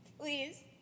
Please